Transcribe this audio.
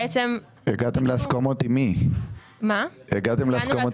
עם מי הגעתם להסכמות?